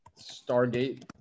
Stargate